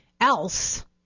else